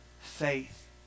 Faith